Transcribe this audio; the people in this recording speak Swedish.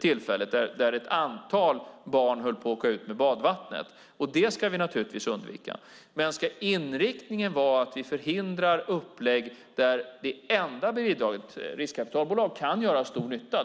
tillfället, där ett antal barn höll på att åka ut med badvattnet. Det ska vi naturligtvis undvika. Riskkapitalbolag kan göra stor nytta.